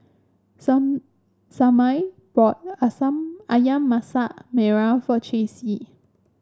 some Semaj bought ayam Masak Merah for Chessie